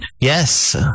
Yes